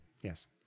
Yes